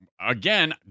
Again